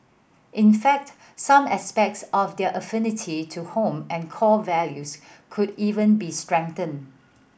in fact some aspects of their affinity to home and core values could even be strengthened